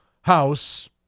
house